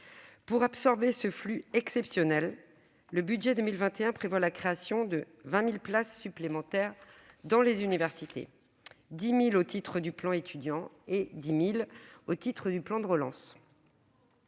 Pour absorber ce flux exceptionnel, le budget 2021 prévoit la création de 20 000 places supplémentaires dans les universités : 10 000 au titre du plan Étudiants et 10 000 au titre du plan de relance.